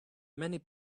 many